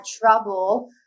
trouble